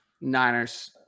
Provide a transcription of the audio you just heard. Niners